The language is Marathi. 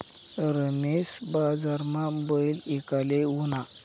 रमेश बजारमा बैल ईकाले ऊना